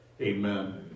Amen